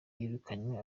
yirukanywe